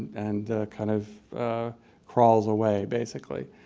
and kind of crawls away basically.